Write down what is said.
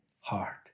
heart